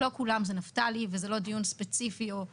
לא כולם זה נפתלי וזה לא דיון ספציפי או פרסונלי.